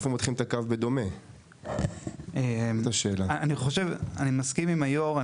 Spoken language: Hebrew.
אני מסכים עם היו"ר.